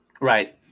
Right